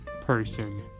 person